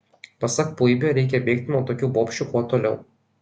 pasak puibio reikia bėgti nuo tokių bobšių kuo toliau